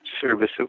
service